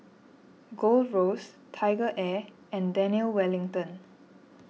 Gold Roast TigerAir and Daniel Wellington